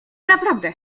naprawdę